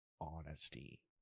honesty